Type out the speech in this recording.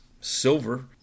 silver